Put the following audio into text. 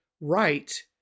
right